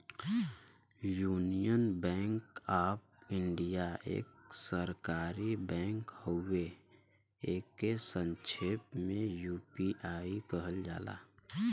union Bank of India एक सरकारी bank हउवे एके संक्षेप में यू.बी.आई कहल जाला